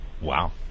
wow